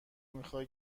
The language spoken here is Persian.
میخای